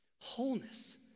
wholeness